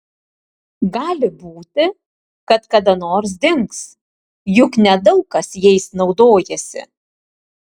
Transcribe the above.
gali būti kad kada nors dings juk nedaug kas jais naudojasi